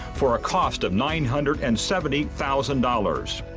for ah cost of nine hundred and seventy thousand dollars.